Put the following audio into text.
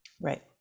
Right